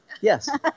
Yes